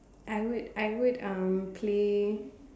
I would I would um play